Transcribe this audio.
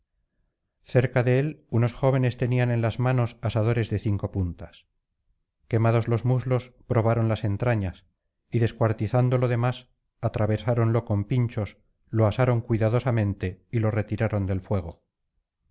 cerca de él unos jóvenes tenían en las manos asadores de cinco puntas quemados los muslos probaron las entrañas y descuartizando lo demás atravesáronlo con pinchos lo asaron cuidadosamente y lo retiraron del fuego